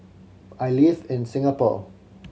I live in Singapore